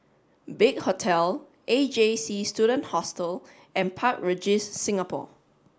big Hotel A J C Student Hostel and Park Regis Singapore